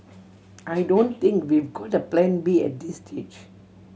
I don't think we've got a Plan B at this stage